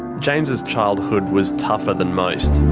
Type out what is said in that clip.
james's childhood was tougher than most.